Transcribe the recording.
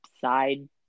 side